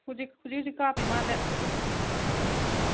ꯍꯧꯖꯤꯛ ꯍꯧꯖꯤꯛ ꯍꯧꯖꯤꯛ ꯀꯥꯞꯄꯤ ꯃꯥꯜꯂꯦ ꯎꯝ